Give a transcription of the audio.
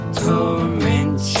torment